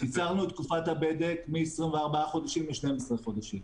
קיצרנו את תקופת הבדק מ-24 חודשים ל-12 חודשים,